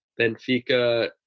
Benfica